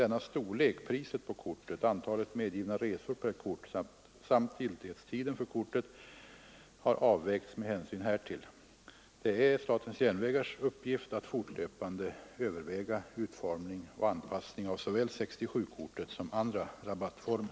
Dennas storlek, priset på kortet, antalet medgivna resor per kort samt giltighetstiden för kortet har avvägts med hänsyn härtill. Det är statens järnvägars uppgift att fortlöpande överväga utformning och anpassning av såväl 67-kortet som andra rabattformer.